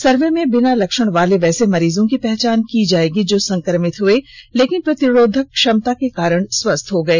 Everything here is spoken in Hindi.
सर्वे में बिना लक्षण वाले वैसे मरीजों की पहचान की जाएगी जो संक्रमित हुए लेकिन प्रतिरोधक क्षमता के कारण वे स्वस्थ हो गए